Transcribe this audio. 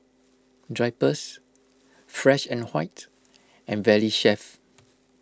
Drypers Fresh and White and Valley Chef